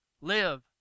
live